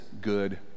good